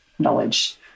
knowledge